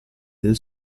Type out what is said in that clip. del